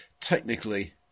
technically